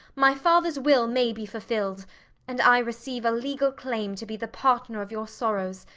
my father's will may be fulfilled and i receive a legal claim to be the partner of your sorrows,